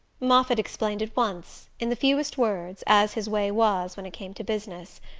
moffatt explained at once, in the fewest words, as his way was when it came to business.